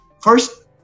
First